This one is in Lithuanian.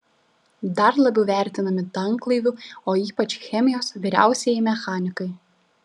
dar labiau vertinami tanklaivių o ypač chemijos vyriausieji mechanikai